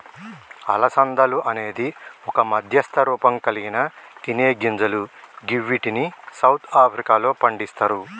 అలసందలు అనేది ఒక మధ్యస్థ రూపంకల్గిన తినేగింజలు గివ్విటిని సౌత్ ఆఫ్రికాలో పండిస్తరు